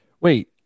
Wait